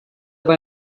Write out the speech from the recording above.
have